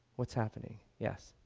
what's happening, yes?